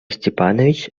степанович